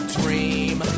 dream